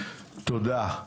תודה.